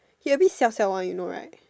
he a bit siao siao one you know right